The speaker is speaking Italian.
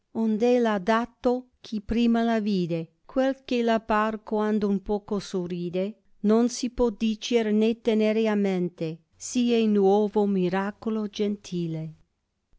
è laudato chi prima la vide quel ch ella par quand un poco sorrìde non si può dicer né tenere a mente si è nuovo miracolo gentile